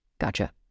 Gotcha